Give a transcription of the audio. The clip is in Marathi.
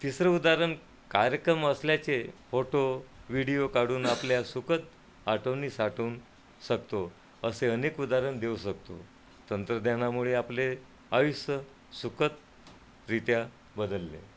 तिसरं उदाहरण कार्यक्रम असल्याचे फोटो व्हिडिओ काढून आपल्या सुखद आठवणी साठवून शकतो असे अनेक उदाहरण देऊ शकतो तंत्रज्ञानामुळे आपले आयुष्य सुखदरित्या बदलले